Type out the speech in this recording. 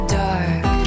dark